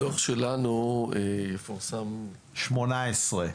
הדוח שלנו יפורסם --- 2018.